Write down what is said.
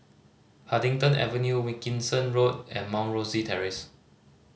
Huddington Avenue Wilkinson Road and Mount Rosie Terrace